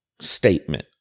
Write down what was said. statement